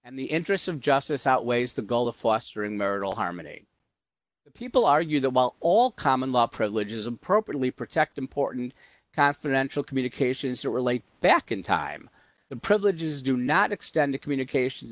and the interests of justice outweighs the goal of fostering marital harmony people argue that while all common law privilege is appropriately protect important confidential communications that relate back in time the privileges do not extend to communications